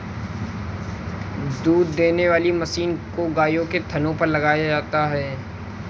दूध देने वाली मशीन को गायों के थनों पर लगाया जाता है